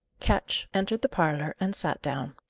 ketch entered the parlour, and sat down.